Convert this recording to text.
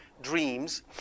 dreams